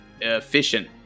efficient